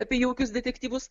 apie jaukius detektyvus